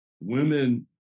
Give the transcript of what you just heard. women